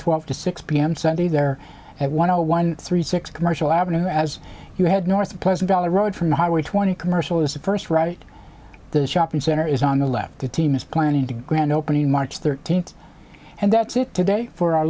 twelve to six p m sunday there at one zero one three six commercial avenue as you had north of pleasant valley road from highway twenty commercial is the first right the shopping center is on the left the team is planning to grand opening march thirteenth and that's it today for our